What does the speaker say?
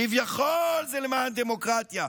כביכול זה למען הדמוקרטיה.